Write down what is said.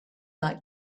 like